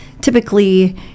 typically